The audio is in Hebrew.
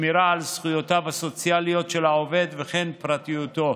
שמירה על זכויותיו הסוציאליות של העובד וכן על פרטיותו.